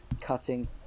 Cutting